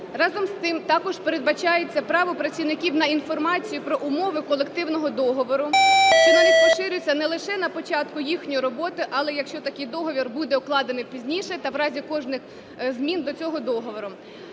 Разом з тим також передбачається право працівників на інформацію про умови колективного договору, що на них поширюється, не лише на початку їхньої роботи, але якщо такий договір буде укладений пізніше та в разі кожних змін до цього договору.